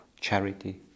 charity